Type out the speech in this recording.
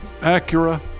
Acura